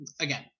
again